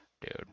Dude